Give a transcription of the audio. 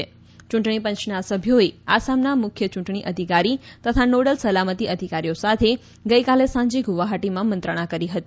યૂંટણી પંચના સભ્યોએ આસામના મુખ્ય યૂંટણી અધિકારી તથા નોડલ સલામતી અધિકારીઓ સાથે ગઈકાલે સાંજે ગુવાહાટીમાં મંત્રણા કરી હતી